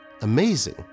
amazing